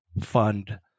fund